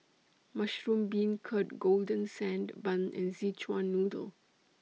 Mushroom Beancurd Golden Sand Bun and Szechuan Noodle